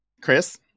Chris